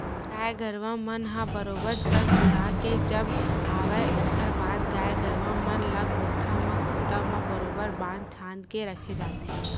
गाय गरुवा मन ह बरोबर चर चुरा के जब आवय ओखर बाद गाय गरुवा मन ल कोठा म खूंटा म बरोबर बांध छांद के रखे जाथे